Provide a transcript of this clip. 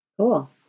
Cool